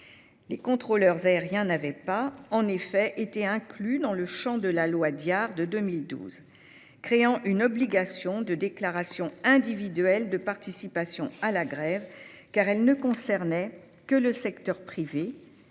Les contrôleurs aériens n'avaient pas été inclus dans le champ de la loi Diard de 2012 créant une obligation de déclaration individuelle de participation à la grève, car ce texte ne concernait que le secteur privé,